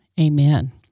Amen